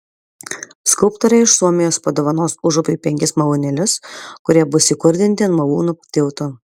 skulptorė iš suomijos padovanos užupiui penkis malūnėlius kurie bus įkurdinti ant malūnų tilto